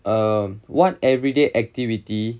um what everyday activity